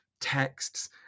texts